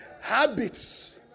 habits